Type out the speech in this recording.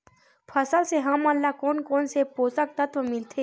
फसल से हमन ला कोन कोन से पोषक तत्व मिलथे?